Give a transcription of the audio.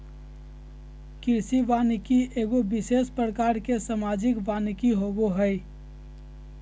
कृषि वानिकी एगो विशेष प्रकार के सामाजिक वानिकी होबो हइ